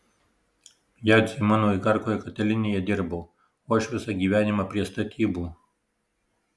jadzė mano igarkoje katilinėje dirbo o aš visą gyvenimą prie statybų